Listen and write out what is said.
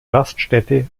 raststätte